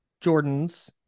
Jordans